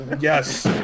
yes